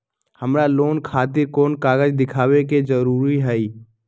हमरा लोन खतिर कोन कागज दिखावे के जरूरी हई?